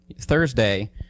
Thursday